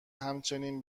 همچنین